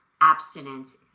abstinence